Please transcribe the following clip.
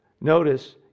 Notice